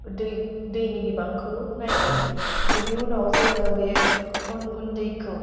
दै दैनि बिबांखौ नायगोन बेनि उनाव जोङो बे अन गुन्दैखौ